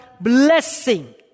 blessing